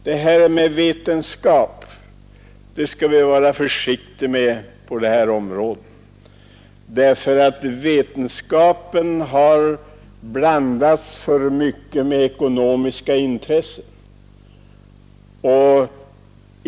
Det här som kallas vetenskap skall vi vara försiktiga med på detta område, därför att vetenskapen i alltför hög grad har lierat sig med ekonomiska intressen.